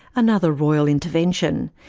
another royal intervention,